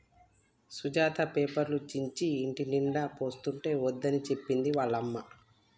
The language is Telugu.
సుజాత పేపర్లు చించి ఇంటినిండా పోస్తుంటే వద్దని చెప్పింది వాళ్ళ అమ్మ